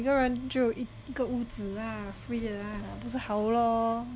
每个人就有一个屋子 lah free 的 lah 不是好 lor